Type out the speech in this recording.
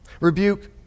Rebuke